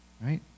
Right